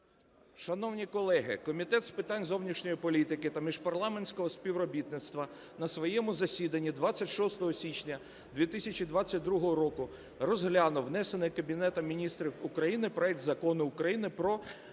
Шановні колеги, Комітет з питань зовнішньої політики та міжпарламентського співробітництва на своєму засіданні 26 січня 2022 року розглянув, внесений Кабінетом Міністрів України, проект Закону України про ратифікацію